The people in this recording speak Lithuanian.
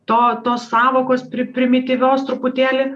to tos sąvokos primityvios truputėlį